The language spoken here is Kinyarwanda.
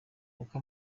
uko